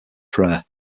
prayer